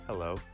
Hello